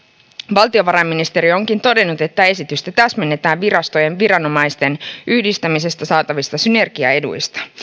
valtiovarainministeriö onkin todennut että esitystä täsmennetään virastojen viranomaisten yhdistämisestä saatavista synergiaeduista